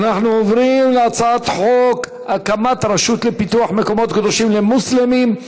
אנחנו עוברים להצעת חוק הקמת רשות לפיתוח מקומות קדושים למוסלמים,